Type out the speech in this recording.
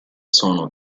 sono